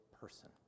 person